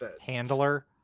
handler